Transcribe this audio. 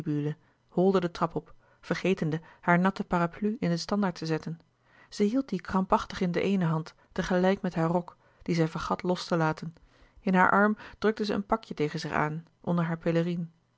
holde de trap op vergetende hare natte parapluie in den standaard te zetten zij hield die krampachtig in de eene hand tegelijk met haar rok louis couperus de boeken der kleine zielen dien zij vergat los te laten in haar arm drukte zij een pakje tegen zich aan onder haar pélérine